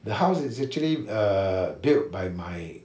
the house is actually err built by my